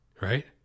right